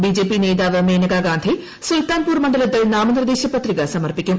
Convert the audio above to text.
B J P നേതാവ് മേനകാ ഗാന്ധി സുൽത്താൻപൂർ മണ്ഡലത്തിൽ നാമനിർദ്ദേശ പത്രിക സമർപ്പിക്കും